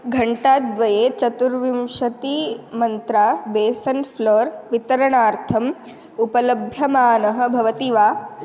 घण्टाद्वये चतुर्विंशतिमन्त्रा बेसन् फ़्लोर् वितरणार्थम् उपलभ्यमानः भवति वा